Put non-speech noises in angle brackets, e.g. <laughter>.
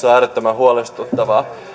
<unintelligible> on äärettömän huolestuttava